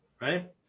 right